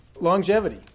longevity